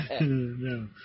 No